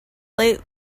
late